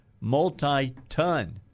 multi-ton